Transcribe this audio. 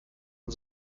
man